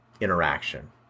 interaction